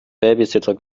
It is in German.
babysitter